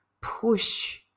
push